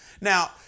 Now